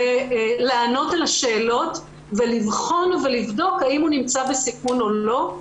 לענות על השאלות ולבחון ולבדוק האם הם נמצאים בסיכון או לא.